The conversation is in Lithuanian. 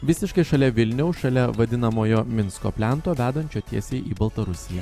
visiškai šalia vilniaus šalia vadinamojo minsko plento vedančio tiesiai į baltarusiją